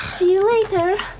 you later.